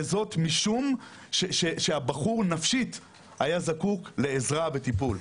וזאת משום שהבחור נפשית היה זקוק לעזרה וטיפול.